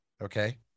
Okay